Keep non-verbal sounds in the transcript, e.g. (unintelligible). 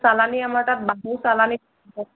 চালানি আমাৰ তাত বাহু চালানি (unintelligible)